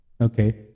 okay